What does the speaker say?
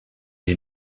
est